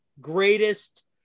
greatest